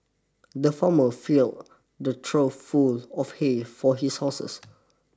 the farmer filled the trough full of hay for his horses